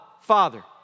Father